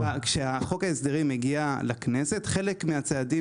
כשחוק ההסדרים הגיע לכנסת חלק מהצעדים